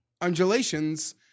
undulations